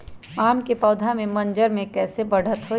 आम क पौधा म मजर म कैसे बढ़त होई?